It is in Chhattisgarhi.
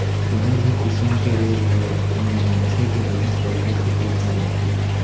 कोनो भी किसम के रोग होय म मनसे के बहुत पइसा खतम हो जाथे